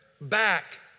back